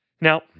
Now